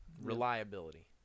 reliability